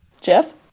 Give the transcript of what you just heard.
Jeff